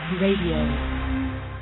Radio